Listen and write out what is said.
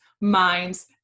minds